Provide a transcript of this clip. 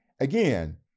again